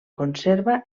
conserva